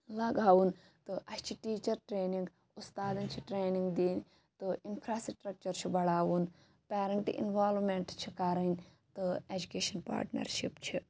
لَگاوُن تہٕ اَسہِ چھِ ٹیٖچَر ٹرینِنٛگ اُستادَن چھِ ٹرینِنٛگ دِنۍ تہٕ اِنفراسٹرَکچَر چھُ بَڑاوُن پیرَنٹ اِنوالومنٹ چھِ کَرٕنۍ تہٕ ایٚجُکیشَن پاٹنَرشِپ چھِ